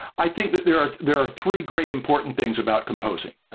i think that there are there are three great important things about composing. ah